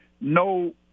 no